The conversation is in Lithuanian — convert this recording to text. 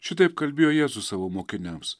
šitaip kalbėjo jėzus savo mokiniams